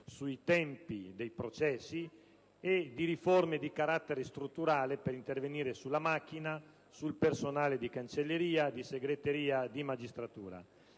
sui tempi dei processi, e di riforme di carattere strutturale per intervenire sulla macchina, sul personale di cancelleria, di segreteria, di magistratura.